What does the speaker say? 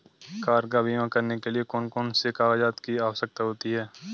Car का बीमा करने के लिए कौन कौन से कागजात की आवश्यकता होती है?